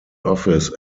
office